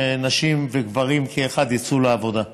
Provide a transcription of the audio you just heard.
שנשים וגברים כאחד יצאו לעבודה,